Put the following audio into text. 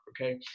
Okay